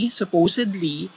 supposedly